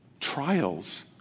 Trials